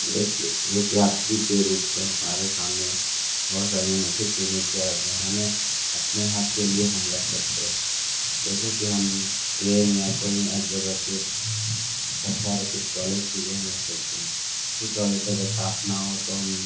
एक यात्री के रूप में हमारे सामने बहुत सारी अनोखी चुनौतियाँ आती हैं हमें अपने हक के लिए हम लड़ सकते हैं जैसे कि हम ट्रेन या कोई हर जगह के सफ़र के टॉयलेट के लिए चलते हैं क्योंकि टॉयलेट अगर साफ़ ना हो तो हम